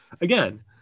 Again